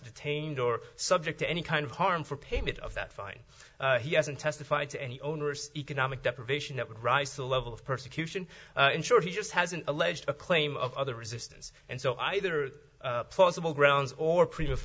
detained or subject to any kind of harm for payment of that fine he hasn't testified to any owners economic deprivation that would rise to the level of persecution ensure he just has an alleged a claim of other resistance and so either plausible grounds or pr